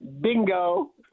Bingo